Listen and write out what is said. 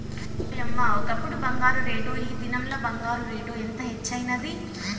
ఓయమ్మ, ఒకప్పుడు బంగారు రేటు, ఈ దినంల బంగారు రేటు ఎంత హెచ్చైనాది